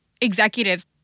executives